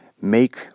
make